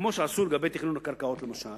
כמו שעשו לגבי תכנון הקרקעות למשל,